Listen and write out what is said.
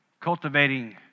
cultivating